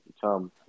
become